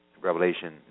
Revelation